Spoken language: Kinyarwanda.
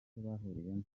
bahuriyemo